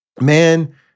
man